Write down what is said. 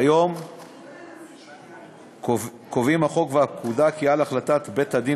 כיום קובעים החוק והפקודה כי על החלטת בית-הדין